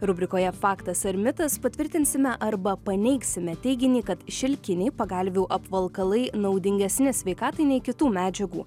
rubrikoje faktas ar mitas patvirtinsime arba paneigsime teiginį kad šilkiniai pagalvių apvalkalai naudingesni sveikatai nei kitų medžiagų